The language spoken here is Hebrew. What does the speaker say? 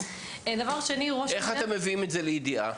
איך אתם מביאים את זה לידיעה?